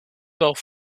doch